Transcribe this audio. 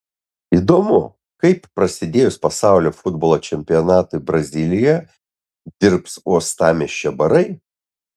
įdomu kaip prasidėjus pasaulio futbolo čempionatui brazilijoje dirbs uostamiesčio barai